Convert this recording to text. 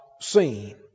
seen